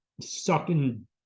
sucking